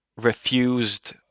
refused